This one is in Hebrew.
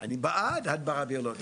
אני בעד הדברה ביולוגית.